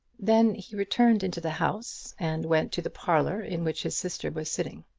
then he returned into the house, and went to the parlour in which his sister was sitting.